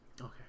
Okay